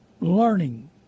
learning